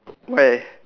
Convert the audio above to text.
why